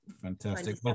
Fantastic